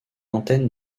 antenne